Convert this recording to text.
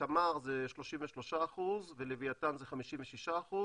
תמר זה 33% ולווייתן זה 56%,